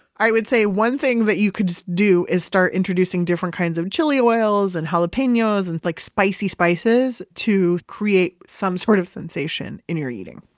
i would say one thing that you could just do, is start introducing different kinds of chili oils and jalapenos and like spicy spices to create some sort of sensation in your eating.